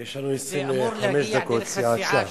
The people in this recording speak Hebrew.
זה אמור להגיע מהסיעה.